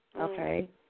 okay